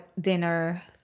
dinner